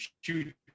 shoot